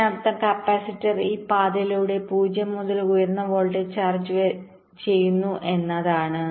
ഇതിനർത്ഥം കപ്പാസിറ്റർ ഈ പാതയിലൂടെ 0 മുതൽ ഉയർന്ന വോൾട്ടേജ് വരെ ചാർജ് ചെയ്യുന്നു എന്നാണ്